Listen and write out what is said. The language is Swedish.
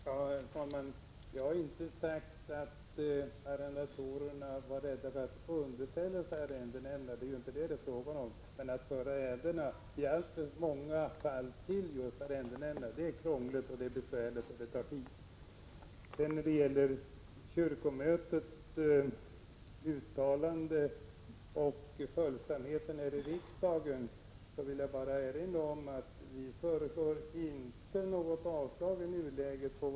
Herr talman! Jag har inte sagt att arrendatorerna är rädda för att underordna sig arrendenämnderna — det är inte detta det är fråga om. Men att i alltför många fall föra ärendena till arrendenämnderna är krångligt och besvärligt och tar tid. När det sedan gäller kyrkomötets uttalande och följsamheten i riksdagen vill jag bara erinra om att vi i nuläget inte föreslår avslag på vad kyrkomötet sagt.